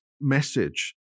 message